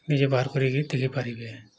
ନିଜେ ବାହାର କରିକି ପାରିବେ